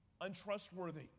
untrustworthy